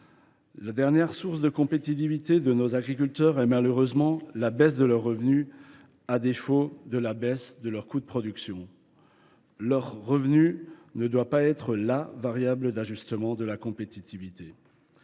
La dernière source de compétitivité de nos agriculteurs est malheureusement la baisse de leurs revenus, à défaut de celle de leurs coûts de production… Les revenus ne doivent pas être la variable d’ajustement de la compétitivité